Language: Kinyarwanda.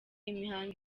imihango